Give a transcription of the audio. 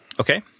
Okay